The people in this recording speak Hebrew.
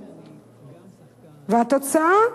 והתוצאה,